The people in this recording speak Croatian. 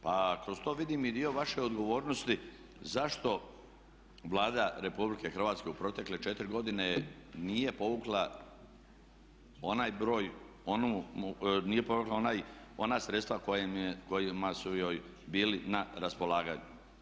Pa kroz to vidim i dio vaše odgovornosti zašto Vlada RH u protekle četiri godine nije povukla onaj broj, nije povukla ona sredstva koji su joj bili na raspolaganju.